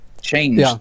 change